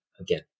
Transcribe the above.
again